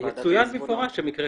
ועדת עיזבונות.